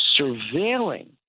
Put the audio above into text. surveilling